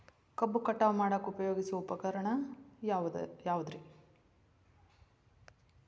ಕಬ್ಬು ಕಟಾವು ಮಾಡಾಕ ಉಪಯೋಗಿಸುವ ಉಪಕರಣ ಯಾವುದರೇ?